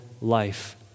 life